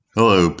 Hello